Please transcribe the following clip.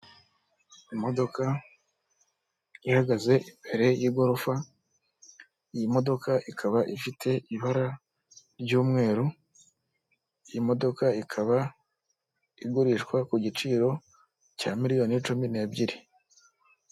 Imodoka ihagaze imbere y'igorofa, iyi modoka ikaba ifite ibara ry'umweru, iyi modoka ikaba igurishwa ku giciro cya miliyoni cumi n'ebyiri.